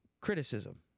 criticism